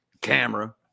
camera